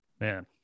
man